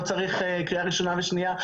לא צריך קריאה ראשונה ושניה,